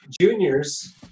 juniors